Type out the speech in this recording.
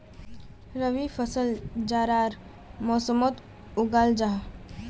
रबी फसल जाड़ार मौसमोट उगाल जाहा